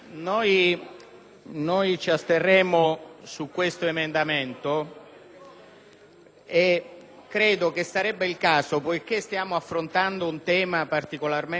credo che sarebbe il caso, poiché stiamo affrontando un tema particolarmente delicato, che implica anche impegni internazionali del nostro Paese, dimostrare